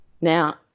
Now